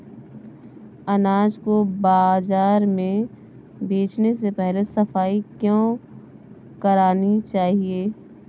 अनाज को बाजार में बेचने से पहले सफाई क्यो करानी चाहिए?